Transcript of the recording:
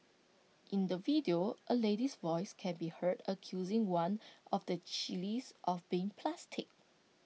in the video A lady's voice can be heard accusing one of the chillies of being plastic